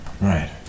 Right